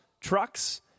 trucks